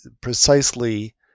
precisely